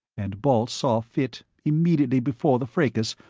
and balt saw fit, immediately before the fracas,